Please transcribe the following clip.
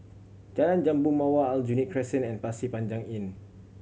Jalan Jambu Mawar Aljunied Crescent and Pasir Panjang Inn